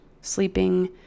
sleeping